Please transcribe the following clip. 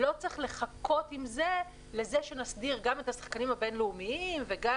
לא צריך לחכות עם זה עד שנסדיר גם את השחקנים הבין-לאומיים וגם,